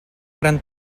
gran